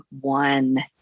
one